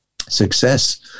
success